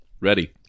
Ready